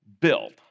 build